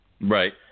Right